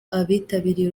abitabiriye